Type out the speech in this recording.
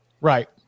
right